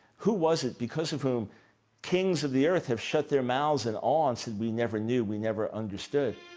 who was it because of whom kings of the earth have shut their mouths in awe and said, we never knew. we never understood?